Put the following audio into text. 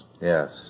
yes